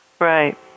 Right